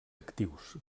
actius